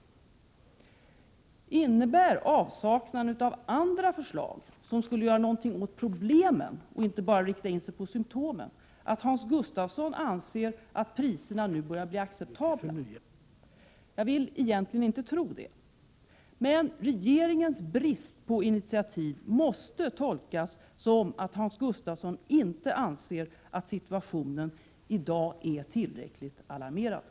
Innebär avsaknaden av andra förslag som skulle göra någonting åt problemen och inte bara rikta in sig på symtomen, att Hans Gustafsson anser att priserna nu börjar bli acceptabla? Jag vill egentligen inte tro det. Men regeringens brist på initiativ måste tolkas så att Hans Gustafsson inte anser att situationen i dag är tillräckligt alarmerande.